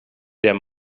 der